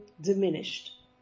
diminished